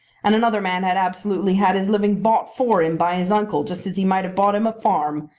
and another man had absolutely had his living bought for him by his uncle just as he might have bought him a farm.